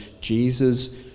Jesus